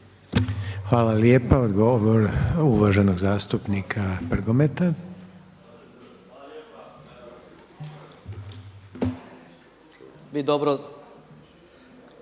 Hvala lijepa. Odgovor uvaženog zastupnika Prgometa. **Prgomet,